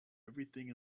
everything